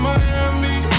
Miami